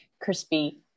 crispy